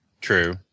True